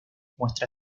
muestra